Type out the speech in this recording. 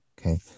Okay